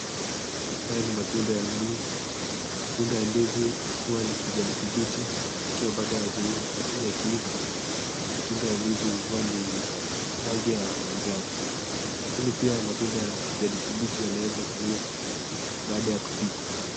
haya ni matunda ya ndizi, matunda ya ndizi huwa ni kijani kibichi yakiwa bado hayaja iva lakini yakiiva, matunda ya ndizi huwa ni rangi ya manjano. Lakini pia matunda ya kijani kibichi yanaweza kuliwa baada ya kupikwa.